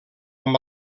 amb